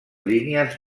línies